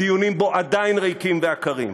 הדיונים בו עדיין ריקים ועקרים.